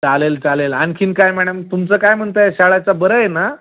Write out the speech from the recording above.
चालेल चालेल आणखीन काय मॅडम तुमचं काय म्हणत आहे शाळेचं बरं आहे ना